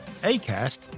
Acast